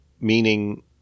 Meaning